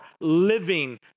living